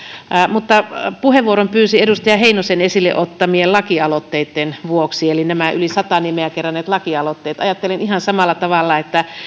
mutta puheenvuoron pyysin edustaja heinosen esille ottamien lakialoitteitten vuoksi eli näiden yli sata nimeä keränneiden lakialoitteitten ajattelen ihan samalla tavalla että